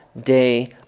day